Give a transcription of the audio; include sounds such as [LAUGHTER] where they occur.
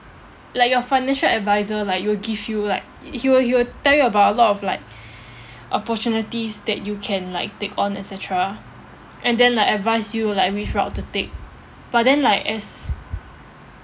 like your financial adviser like will give you like h~ he will he will tell you about a lot of like [BREATH] opportunities that you can like take on et cetera and then like advise you like which route to take but then like as